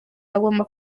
agomba